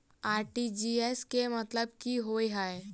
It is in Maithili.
आर.टी.जी.एस केँ मतलब की होइ हय?